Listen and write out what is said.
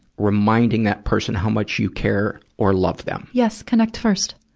reminding that person how much you care or love them. yes. connect first.